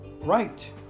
right